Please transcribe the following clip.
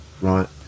right